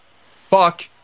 Fuck